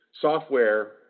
software